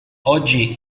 oggi